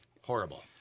Horrible